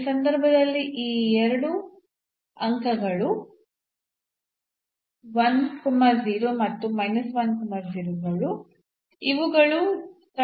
ಈ ಸಂದರ್ಭದಲ್ಲಿ ಈ ಎರಡು ಅಂಕಗಳು ಮತ್ತು ಇವುಗಳು ಸ್ಥಳೀಯ ಗರಿಷ್ಠ ಬಿಂದುಗಳಾಗಿವೆ